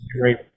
Great